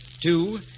Two